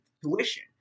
tuition